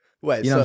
Wait